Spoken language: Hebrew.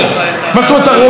הרי הרוב אמר את דברו בבחירות.